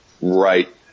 Right